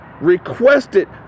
requested